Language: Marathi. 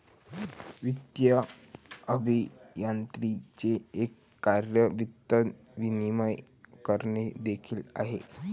वित्तीय अभियांत्रिकीचे एक कार्य वित्त नियमन करणे देखील आहे